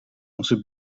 onze